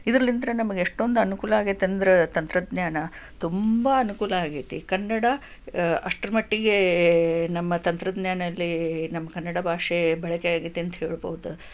ಇದ್ರಲ್ಲಿಂದ್ರ ನಮಗೆ ಎಷ್ಟೊಂದು ಅನುಕೂಲ ಆಗೈತಂದ್ರೆ ತಂತ್ರಜ್ಞಾನ ತುಂಬ ಅನುಕೂಲ ಆಗೈತಿ ಕನ್ನಡ ಅಷ್ಟರಮಟ್ಟಿಗೆ ನಮ್ಮ ತಂತ್ರಜ್ಞಾನದಲ್ಲಿ ನಮ್ಮ ಕನ್ನಡ ಭಾಷೆ ಬಳಕೆ ಆಗೈತಿ ಅಂತ ಹೇಳ್ಬೌದು